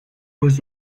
was